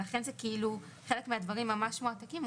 לכן חלק מן הדברים ממש מועתקים,